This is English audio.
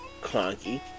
clunky